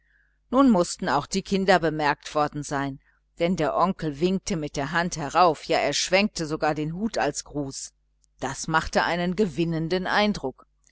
nun mußten auch die kinder bemerkt worden sein denn der onkel winkte mit der hand herauf ja er schwenkte sogar den hut als gruß das machte einen gewinnenden eindruck